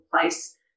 place